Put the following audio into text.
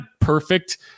perfect